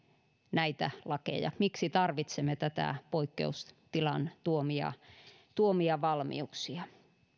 näitä lakeja miksi tarvitsemme poikkeustilan tuomia tuomia valmiuksia